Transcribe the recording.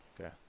Okay